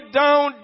down